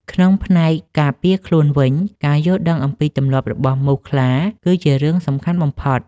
ក្នុងផ្នែកការពារខ្លួនវិញ ការយល់ដឹងអំពីទម្លាប់របស់មូសខ្លាគឺជារឿងសំខាន់បំផុត។